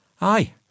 Aye